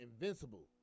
invincible